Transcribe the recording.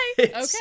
okay